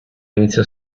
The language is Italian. inizia